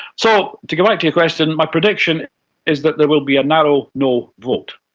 so, to go back to your question, my prediction is that there will be a narrow no vote.